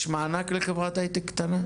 יש מענק לחברת הייטק קטנה?